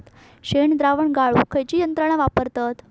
शेणद्रावण गाळूक खयची यंत्रणा वापरतत?